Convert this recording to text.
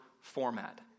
format